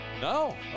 No